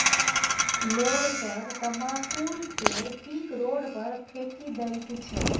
लोग सब तमाकुल केर पीक रोड पर फेकि दैत छै